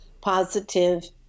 positive